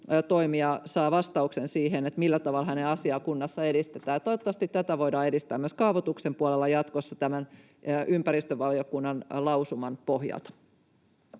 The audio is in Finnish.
toimija, saa vastauksen siihen, millä tavalla sen asiaa kunnassa edistetään. Toivottavasti tätä voidaan edistää myös kaavoituksen puolella jatkossa tämän ympäristövaliokunnan lausuman pohjalta.